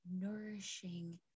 nourishing